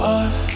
off